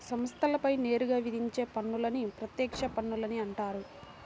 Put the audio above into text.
సంస్థలపై నేరుగా విధించే పన్నులని ప్రత్యక్ష పన్నులని అంటారు